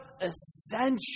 essential